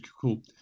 Cool